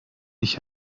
ich